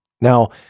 Now